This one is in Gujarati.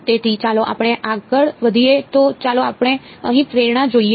તેથી ચાલો આપણે આગળ વધીએ તો ચાલો આપણે અહીં પ્રેરણા જોઈએ